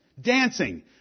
dancing